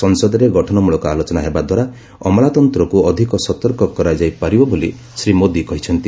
ସଂସଦରେ ଗଠନମୂଳକ ଆଲୋଚନା ହେବା ଦ୍ୱାରା ଅମଲାତନ୍ତକୁ ଅଧିକ ସତର୍କ କରାଯାଇପାରିବ ବୋଲି ଶ୍ରୀ ମୋଦି କହିଛନ୍ତି